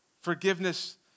Forgiveness